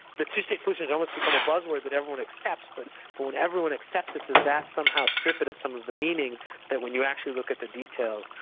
the two-state solution has almost become a buzzword that everyone accepts but but when everyone accepts it does that somehow strip it of some of the meaning that when you actually look at the details,